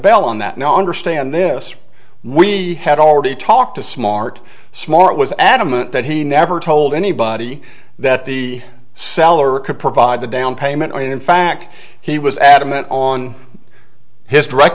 bell on that now i understand this we had already talked to smart smart was adamant that he never told anybody that the seller could provide the down payment and in fact he was adamant on his direct